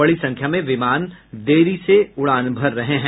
बड़ी संख्या में विमान देरी से उड़ान भर रहे हैं